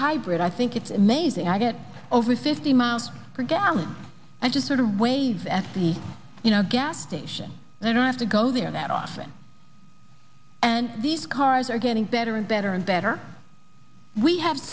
hybrid i think it's amazing i get over fifty miles per gallon and just sort of wave actually you know gas station i don't have to go there that often and these cars are getting better and better and better we have